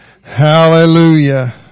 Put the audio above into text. hallelujah